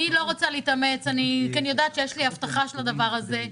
אני לא רוצה להתאמץ כי אני יודעת שיש לי הבטחה של הדבר הזה.